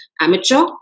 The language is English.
amateur